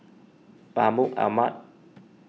Mahmud Ahmad